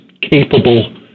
capable